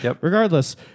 Regardless